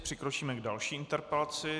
Přikročíme k další interpelaci.